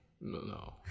No